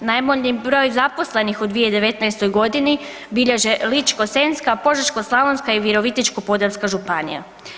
Najmanji broj zaposlenih u 2019.g. bilježe Ličko-senjska, Požeško-slavonska i Virovitičko-podravska županija.